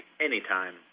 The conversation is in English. anytime